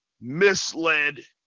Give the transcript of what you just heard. misled